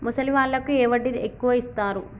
ముసలి వాళ్ళకు ఏ వడ్డీ ఎక్కువ ఇస్తారు?